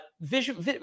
visual